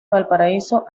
valparaíso